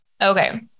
Okay